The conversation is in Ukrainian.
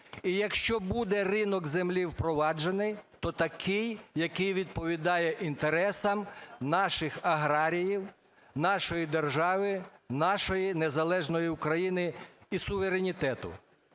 І, якщо буде ринок землі впроваджений, то такий, який відповідає інтересам наших аграріїв, нашої держави, нашої незалежної України і суверенітету.